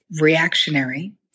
reactionary